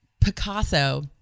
Picasso